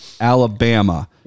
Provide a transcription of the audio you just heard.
Alabama